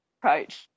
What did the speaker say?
approach